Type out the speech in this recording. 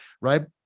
right